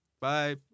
Bye